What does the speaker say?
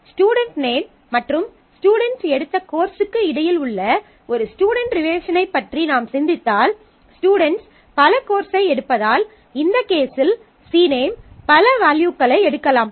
student name மற்றும் student எடுத்த கோர்ஸுக்கு இடையில் உள்ள ஒரு ஸ்டுடென்ட் ரிலேஷனைப் பற்றி நாம் சிந்தித்தால் ஸ்டுடென்ட்ஸ் பல கோர்ஸை எடுப்பதால் இந்த கேசில் சிநேம் பல வேல்யூக்களை எடுக்கலாம்